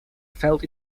felt